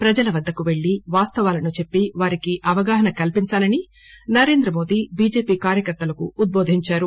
ప్రజల వద్దకు పెళ్లి వాస్తవాలను చెప్పి వారికి అవగాహన కల్పిందాలని నరేంద్రమోదీ బీజేపీ కార్యకర్తలకు ఉద్యోదిందారు